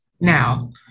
now